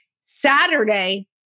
Saturday